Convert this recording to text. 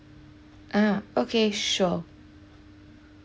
ah okay sure